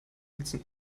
sitzen